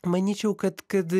manyčiau kad kad